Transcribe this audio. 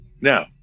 Now